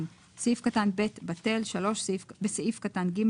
סעיף קטן (ב) בטל, בסעיף קטן (ג),